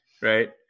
right